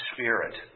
Spirit